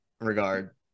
regard